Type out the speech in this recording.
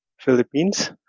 Philippines